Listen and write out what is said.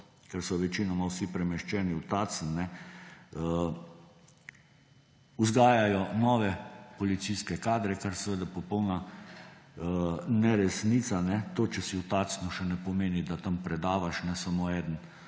ker so večinoma vsi premeščeni v Tacen − vzgajajo nove policijske kadre, kar je seveda popolna neresnica. To, če si v Tacnu, še ne pomeni, da tam predavaš; samo eden,